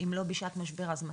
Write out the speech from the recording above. אם לא בשעת משבר, אז מתי?